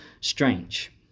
strange